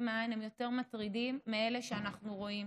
מהעין הם יותר מטרידים מאלה שאנחנו רואים,